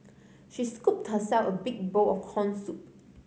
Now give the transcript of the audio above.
she scooped herself a big bowl of corn soup